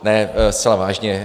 Ne, zcela vážně.